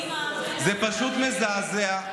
זה פשוט מזעזע.